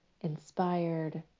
inspired